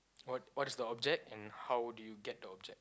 what what is the object and how do you get the object